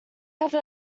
have